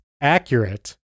accurate